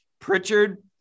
Pritchard